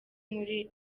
muri